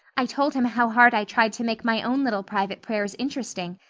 i told him how hard i tried to make my own little private prayers interesting.